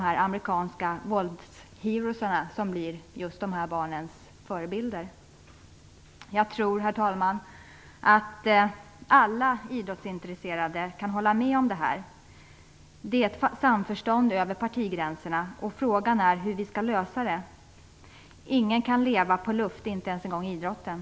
Förebilderna för dem blir kanske amerikanska Jag tror, herr talman, att alla idrottsintresserade kan hålla med om detta. Det finns ett samförstånd över partigränserna. Men frågan är hur vi skall lösa detta. Ingen kan leva på luft, inte ens idrotten.